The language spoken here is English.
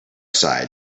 side